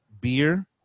beer